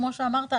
כמו אמרת,